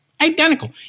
identical